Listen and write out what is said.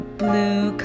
blue